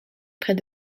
près